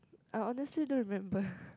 I honestly don't remember